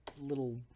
Little